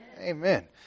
amen